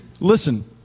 listen